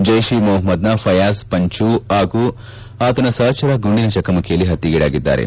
ಜೈಷ್ ಇ ಮೊಹಮದ್ನ ಫೈಯಾಜ್ ಪಂಚು ಹಾಗೂ ಆತನ ಸಹಚರ ಗುಂಡಿನ ಚಕಮಕಿಯಲ್ಲಿ ಹತ್ತೆಗೀಡಾಗಿದ್ದಾರೆ